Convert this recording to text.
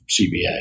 CBA